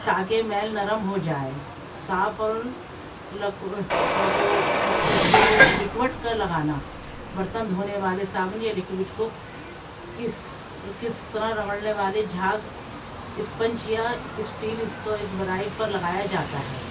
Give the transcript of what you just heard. تاکہ میل نرم ہو جائے صاف اور لکوڈ کا لگانا برتن دھونے والے صابن یا لکوڈ کو کس کس طرح رگڑنے والے جھاگ اسپنچ یا اسٹیل اسکواج برائٹ پر لگایا جاتا ہے